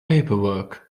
paperwork